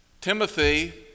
Timothy